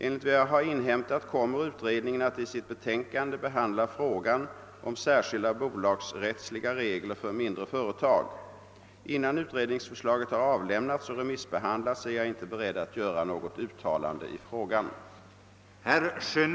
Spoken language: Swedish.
Enligt vad jag har inhämtat kommer utredningen att i sitt betänkande behandla frågan om särskilda bolagsrättsliga regler för mindre företag. Innan utredningsförslaget har avlämnats och re missbehandlats är jag inte beredd att göra något uttalande i frågan.